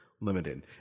limited